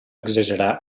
exagerar